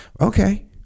Okay